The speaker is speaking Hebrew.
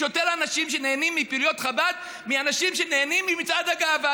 יש יותר אנשים שנהנים מפעילויות חב"ד מאנשים שנהנים ממצעד הגאווה,